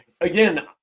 Again